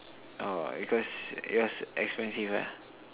orh because yours expensive ah